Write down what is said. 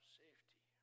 safety